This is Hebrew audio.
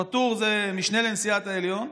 הפטור זה משנה לנשיאת העליון,